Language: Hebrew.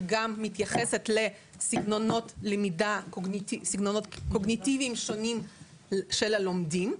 שגם מתייחסת לסגנונות קוגניטיביים שונים של הלומדים.